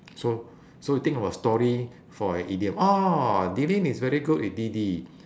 so so think of a story for a idiom oh dylan is very good with didi